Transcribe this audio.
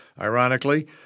ironically